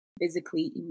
physically